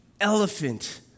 elephant